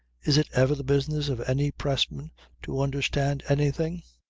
is it ever the business of any pressman to understand anything?